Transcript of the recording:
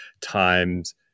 times